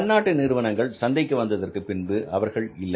பன்னாட்டு நிறுவனங்கள் சந்தையில் வந்ததற்கு பின்பு அவர்கள் இல்லை